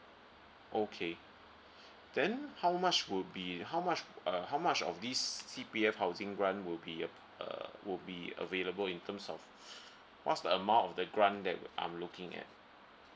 okay then how much would be how much uh how much of this C_P_F housing grant would be uh would be available in terms of what's the amount of the grant that I'm looking at